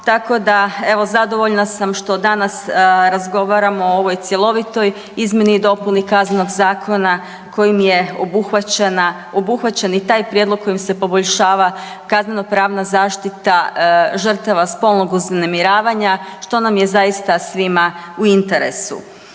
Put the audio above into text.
Tako da evo zadovoljna sam što danas razgovaramo o ovoj cjelovitoj izmjeni KZ-a kojim je obuhvaćen i taj prijedlog kojim se poboljšava kaznenopravna zaštita žrtava spolnog uznemiravanja što nam je zaista svima u interesu.